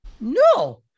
No